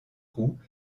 roues